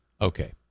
Okay